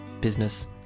business